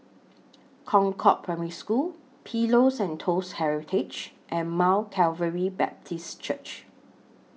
Concord Primary School Pillows and Toast Heritage and Mount Calvary Baptist Church